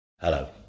Hello